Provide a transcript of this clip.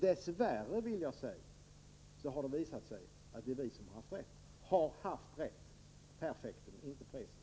Dess värre, vill jag säga, har det visat sig att det är vi som har haft rätt -- perfektum, inte presens.